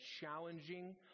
challenging